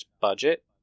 budget